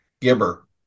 Gibber